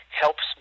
helps